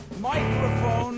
microphone